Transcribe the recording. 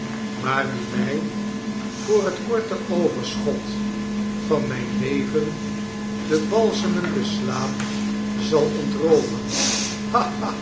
maar die mij voor het korte overschot van mijn leven den balsemenden slaap zal ontrooven